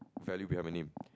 value behind my name